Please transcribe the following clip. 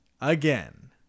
Again